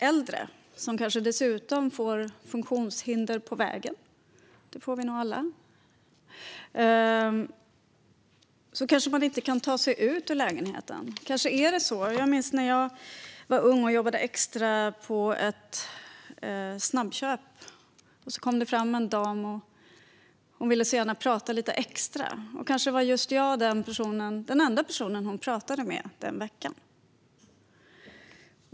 Äldre som kanske dessutom får funktionshinder på vägen - det får vi nog alla - kanske inte kan ta sig ut ur lägenheten. Jag minns när jag var ung och jobbade extra på ett snabbköp. Då kom det fram en dam och ville så gärna prata lite extra. Kanske var just jag den enda person hon pratade med den veckan.